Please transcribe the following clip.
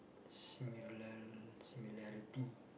similari~ similarity